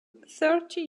thirty